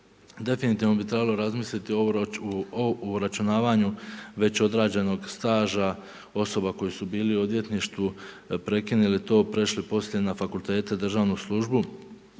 Definitivno bi trebalo razmisliti o uračunavanju već odrađenog staža osoba koje su bili u odvjetništvu i prekinili to, prešli poslije na fakultete u državnu službu